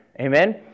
Amen